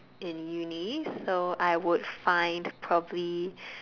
in uni so I would find probably